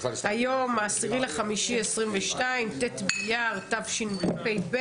היום 10 במאי 2022, ט' באייר התשפ"ב,